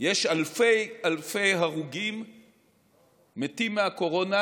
יש אלפי אלפי מתים מהקורונה,